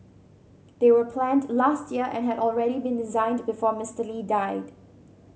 they were planned last year and had already been designed before Mister Lee died